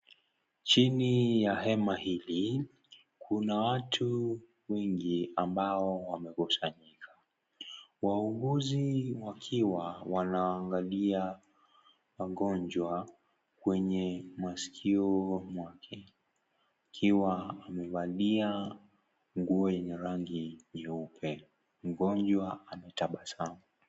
Chini ya hema hili, kuna watu wengi ambao wamekusanyika. Wahuguzi wakiwa wanaangalia mgonjwa kwenye masikio mwake akiwa amevalia nguo yenye rangi nyeupe. Mgonjwa ametabasamu.